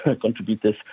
contributors